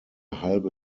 halbe